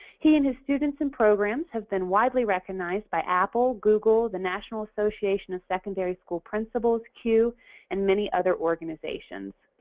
he and his students and programs have been widely recognized by apple, google, the national association of secondary school principals, cue and many other organizations.